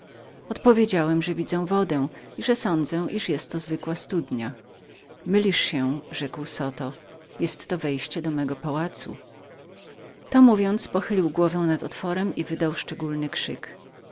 odpowiedziałem żem widział wodę i że sądziłem że to była studnia mylisz się pan rzekł zoto jest to wejście do mego pałacu to mówiąc pochylił głowę nad otworem i wydał szczególny krzyk